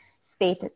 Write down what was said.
space